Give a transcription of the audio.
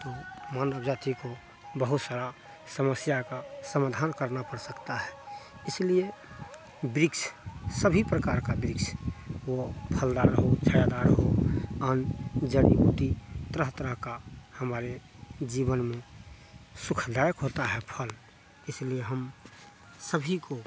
तो मानव जाति को बहुत सारी समस्या का समाधान करना पड़ सकता है इसलिए वृृक्ष सभी प्रकार का वृृक्ष वह फलदार हो छायादार हो अन्य जड़ी बूटी तरह तरह का हमारे जीवन में सुखदायक होता है फल इसलिए हम सभी को